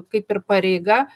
kaip ir pareiga